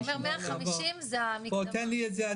בוא תן לי את זה,